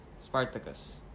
Spartacus